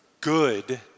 good